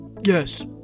Yes